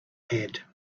had